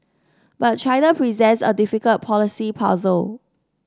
but China presents a difficult policy puzzle